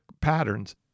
patterns